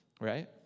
right